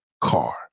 car